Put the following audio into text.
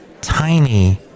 tiny